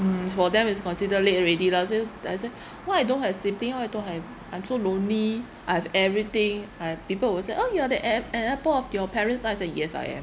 mm for them is consider late already lah so I say why I don't have sibling why I don't have I'm so lonely I have everything I people will say oh you are the app~ apple of your parents' eyes ah yes I am